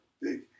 big